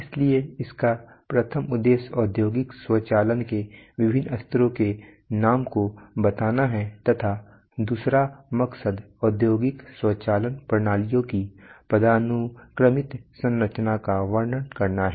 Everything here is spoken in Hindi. इसलिए इसका प्रथम उद्देश्य औद्योगिक स्वचालन के विभिन्न स्तरों के नाम को बताना है तथा दूसरा मकसद औद्योगिक स्वचालन प्रणालियों की पदानुक्रमित संरचना का वर्णन करना है